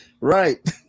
Right